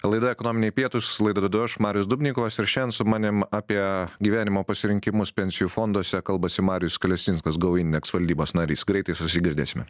laida ekonominiai pietūs laidą vedu aš marius dubnikovas ir šiandien su manim apie gyvenimo pasirinkimus pensijų fonduose kalbasi marijus kalesinskas gou indeks valdybos narys greitai susigirdėsime